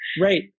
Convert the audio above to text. Right